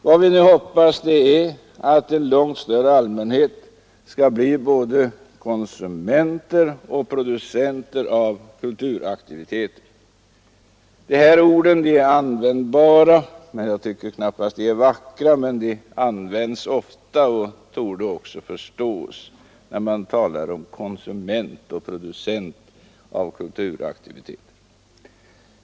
Vad vi nu hoppas på är att en långt större allmänhet skall bli både konsumenter och producenter av kulturaktiviteter — begreppen ”konsumenter” och ”producenter” av kulturaktivitet är användbara i detta sammanhang, även om jag knappast tycker att de är vackra. De används dock ofta och torde också förstås.